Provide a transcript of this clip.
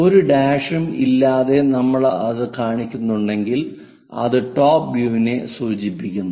ഒരു ഡാഷും ഇല്ലാതെ നമ്മൾ അത് കാണിക്കുന്നുണ്ടെങ്കിൽ അത് ടോപ്പ് വ്യൂ യിനെ സൂചിപ്പിക്കുന്നു